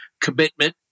commitment